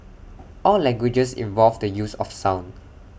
all languages involved the use of sound